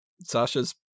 Sasha's